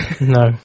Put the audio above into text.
No